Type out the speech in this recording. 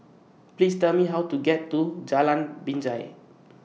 Please Tell Me How to get to Jalan Binjai